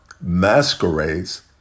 masquerades